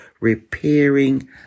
repairing